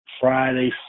Friday